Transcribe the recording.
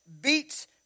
beats